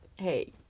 hey